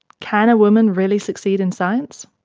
can a woman really succeed in science,